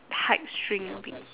tights shrink a bit